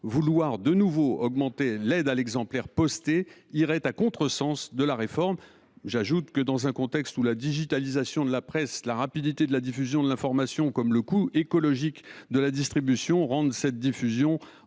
augmenter de nouveau le montant de l’aide à l’exemplaire posté irait à contresens de la réforme. J’ajoute que, dans un contexte où la digitalisation de la presse, la rapidité de la diffusion de l’information, comme le coût écologique de la distribution rendent cette diffusion pour une